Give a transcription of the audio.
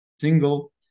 single